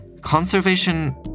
conservation